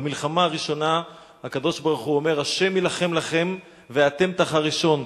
במלחמה הראשונה הקדוש-ברוך-הוא אומר: ה' יילחם לכם ואתם תחרישון,